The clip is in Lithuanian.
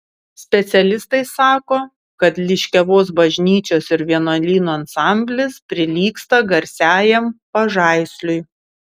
specialistai sako kad liškiavos bažnyčios ir vienuolyno ansamblis prilygsta garsiajam pažaisliui